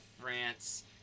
France